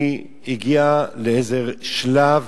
היא הגיעה לאיזה שלב